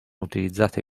utilizzati